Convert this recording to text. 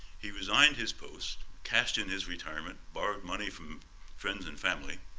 he resigned his post, cashed in his retirement, borrowed money from friends and family,